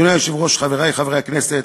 אדוני היושב-ראש, חברי חברי הכנסת,